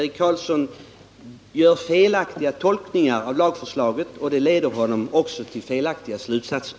Eric Carlsson gör alltså felaktiga tolkningar av lagförslaget, och det leder honom också till felaktiga slutsatser.